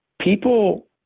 people